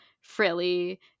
frilly